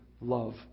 love